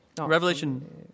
Revelation